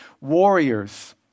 warriors